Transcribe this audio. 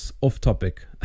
off-topic